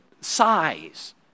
size